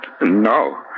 No